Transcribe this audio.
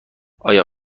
آیا